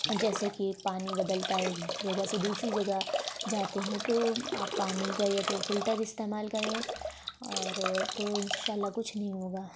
جیسے کہ پانی بدلتا ہے ایک جگہ سے دوسری جگہ جاتے ہیں تو آپ پانی کا یا تو فلٹر استعمال کریں اور تو ان شاء اللہ کچھ نہیں ہوگا